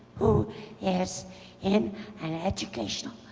who is in an educational